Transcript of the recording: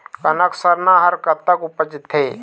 कनक सरना हर कतक उपजथे?